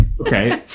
okay